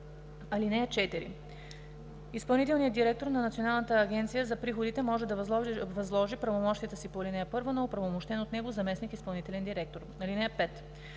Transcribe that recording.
(4) Изпълнителният директор на Националната агенция за приходите може да възложи правомощията си по ал. 1 на оправомощен от него заместник изпълнителен директор. (5)